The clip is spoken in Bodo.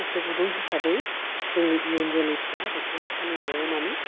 गोसो गुदुं हिसाबै जोंनि इयुन जोलैफ्रा बेखौ फालिनायाव मानो